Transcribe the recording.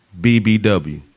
BBW